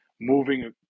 moving